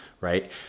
right